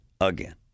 again